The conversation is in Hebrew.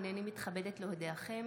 הינני מתכבדת להודיעכם,